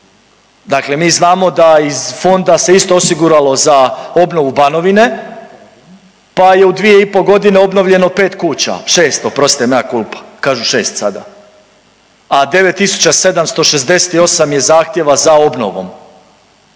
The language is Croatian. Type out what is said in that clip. Dakle, mi znamo da iz fonda se isto osiguralo za obnovu Banovine pa je u dvije i po godine obnovljeno pet kuća, šest oprostite mea culpa, kažu šest sada, a 9.768 je zahtjeva za obnovom.